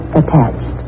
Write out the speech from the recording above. attached